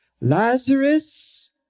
Lazarus